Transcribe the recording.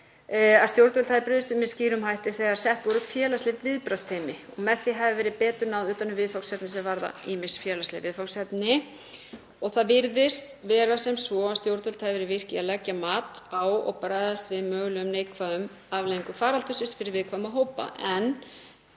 Stjórnvöld hafi brugðist við með skýrum hætti þegar sett voru félagsleg viðbragðsteymi og með því hafi verið betur náð utan um viðfangsefni sem varða ýmis félagsleg viðfangsefni. Það virðist vera sem svo að stjórnvöld hafi verið virk í að leggja mat á og bregðast við mögulegum neikvæðum afleiðingum faraldursins fyrir viðkvæma hópa. En